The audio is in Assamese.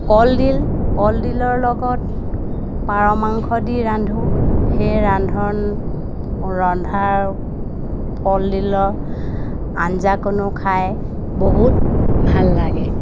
কলডিল কলডিলৰ লগত পাৰ মাংস দি ৰান্ধো সেই ৰান্ধন ৰন্ধাৰ কলডিলৰ আঞ্জাকণো খাই বহুত ভাল লাগে